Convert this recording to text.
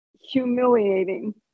humiliating